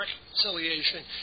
reconciliation